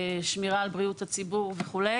שמירה על בריאות הציבור וכולי